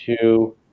two